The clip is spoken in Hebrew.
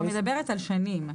אני מדברת על שנים.